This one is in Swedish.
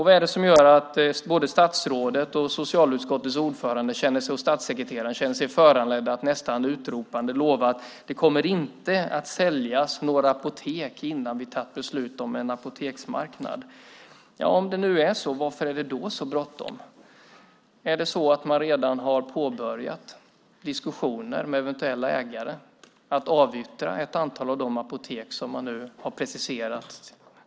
Vad är det som gör att såväl statsrådet och socialutskottets ordförande som statssekreteraren känner sig föranledda att nästan utropande lova att det inte kommer att säljas några apotek innan vi har tagit beslut om en apoteksmarknad? Ja, om det nu är så, varför är det då så bråttom? Har man redan påbörjat diskussioner med eventuella ägare om att avyttra ett antal av de apotek som man nu har preciserat?